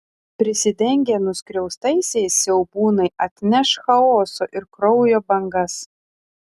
prisidengę nuskriaustaisiais siaubūnai atneš chaoso ir kraujo bangas